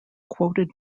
quoted